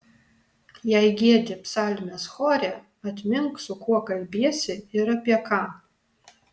jei giedi psalmes chore atmink su kuo kalbiesi ir apie ką